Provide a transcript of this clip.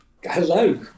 Hello